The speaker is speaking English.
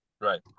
right